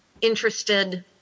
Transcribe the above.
interested